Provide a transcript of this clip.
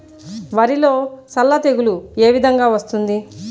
వరిలో సల్ల తెగులు ఏ విధంగా వస్తుంది?